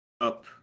up